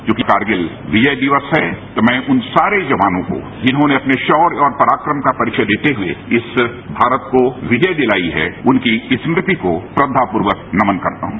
क्योंकि करगिल विजय दिवस है तो मैं उन सारे जवानों को जिन्हांने अपने शोर्य और पराक्रम का परिचय देते हुए इस भारत को विजय दिलाई है उनकी स्मृति को श्रद्वापूर्वक नमन करता हूं